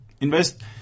invest